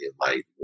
light